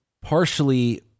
partially